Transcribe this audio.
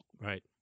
Right